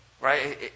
Right